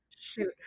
Shoot